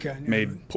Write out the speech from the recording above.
Made